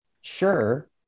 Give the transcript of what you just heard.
sure